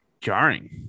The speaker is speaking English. jarring